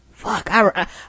fuck